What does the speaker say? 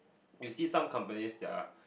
you see some companies they're